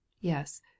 yes